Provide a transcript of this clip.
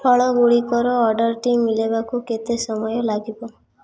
ଫଳଗୁଡ଼ିକର ଅର୍ଡ଼ର୍ଟି ମିଳିବାକୁ କେତେ ସମୟ ଲାଗିବ